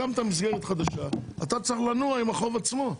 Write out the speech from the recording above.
הקמת מסגרת חדשה, אתה צריך לנוע עם החוב עצמו.